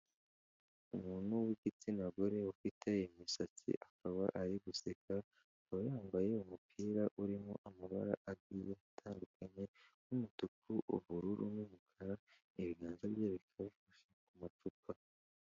Umuntu w'igitsina gore ufite imisatsi akaba ari guseka, akaba yambaye umupira urimo amabara abiri atandukanye, umutuku, ubururu n'umukara, ibiganza bye bikaba bifashe ku macupa.